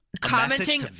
Commenting